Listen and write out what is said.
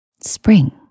Spring